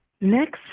Next